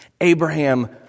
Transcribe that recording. Abraham